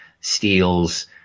steals